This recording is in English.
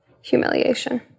humiliation